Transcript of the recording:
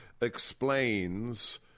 explains